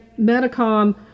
Medicom